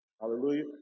Hallelujah